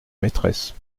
maîtresse